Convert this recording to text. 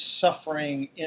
suffering